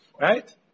right